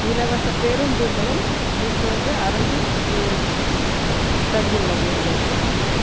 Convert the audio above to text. இலவச பேருந்துகுளும் இப்பொழுது அரசு தந்துள்ளது எங்களுக்கு